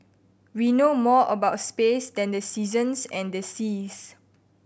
we know more about space than the seasons and the seas